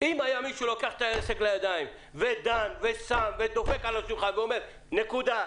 אם מישהו היה לוקח את העסק לידיים ודופק על השולחן ואומר נקודה,